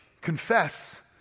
confess